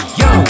yo